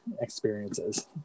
experiences